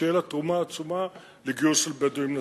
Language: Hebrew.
שתהיה לה תרומה עצומה לגיוס של בדואים לצבא.